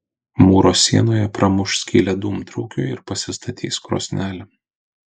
mūro sienoje pramuš skylę dūmtraukiui ir pasistatys krosnelę